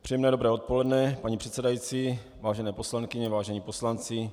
Příjemné dobré odpoledne, paní předsedající, vážené poslankyně, vážení poslanci.